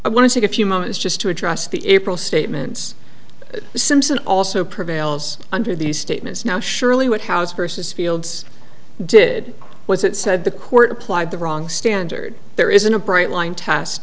i want to take a few moments just to address the april statements simpson also prevails under these statements now surely white house versus fields did was it said the court applied the wrong standard there isn't a bright line test